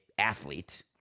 Athlete